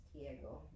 Diego